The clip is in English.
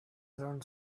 learned